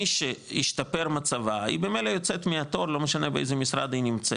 מי שהשתפר מצבה היא ממילא יוצאת מהתור לא משנה באיזה משרד היא נמצאת.